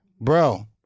bro